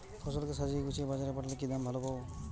ফসল কে সাজিয়ে গুছিয়ে বাজারে পাঠালে কি দাম ভালো পাব?